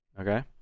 okay